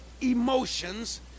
emotions